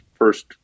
First